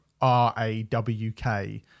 R-A-W-K